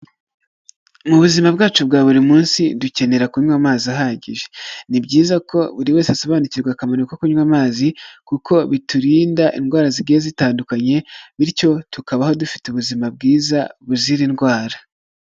Mu buzima bwacu bwa buri munsi dukenera kunywa amazi ahagije, ni byiza ko buri wese asobanukirwa akamaro ko kunywa amazi, kuko biturinda indwara zigiye zitandukanye, bityo tukabaho dufite ubuzima bwiza buzira indwara.